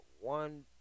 one